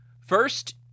First